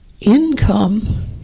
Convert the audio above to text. income